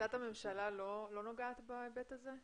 החלטת הממשלה לא נוגעת בהיבט הזה?